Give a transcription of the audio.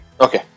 Okay